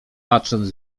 patrząc